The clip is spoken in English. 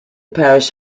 parish